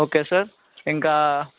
okay sir ఇంకా